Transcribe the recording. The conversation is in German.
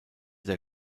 der